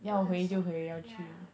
要很爽 yeah